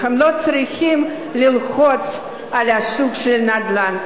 הם לא צריכים ללחוץ על השוק של הנדל"ן.